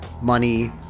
Money